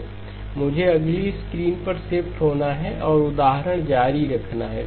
मुझे अगली स्क्रीन पर शिफ्ट होना है और उदाहरण जारी रखना है